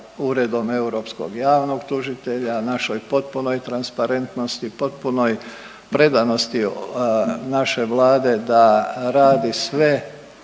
Uredom europskog javnog tužitelja, našoj potpunoj transparentnosti, potpunoj predanosti naše Vlade da radi sve